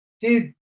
Dude